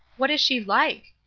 what is she like?